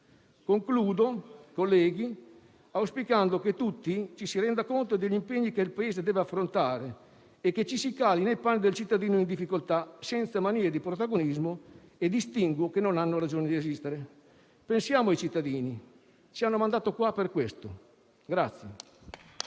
Concludo, colleghi, auspicando che tutti ci si renda conto degli impegni che il Paese deve affrontare e che ci si cali nei panni del cittadino in difficoltà senza manie di protagonismo e distinguo che non hanno ragione di esistere. Pensiamo ai cittadini, ci hanno mandato qua per questo.